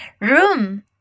Room